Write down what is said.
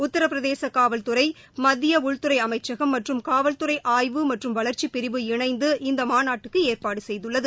உத்தரப்பிரதேச காவல்துறை மத்திய உள்துறை அமைச்சகம் மற்றும் காவல் துறை அய்வு மற்றும் வளர்ச்சிப் பிரிவு இணைந்து இந்த மாநாட்டுக்கு ஏற்பாடு செய்துள்ளது